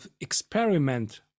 experiment